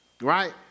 Right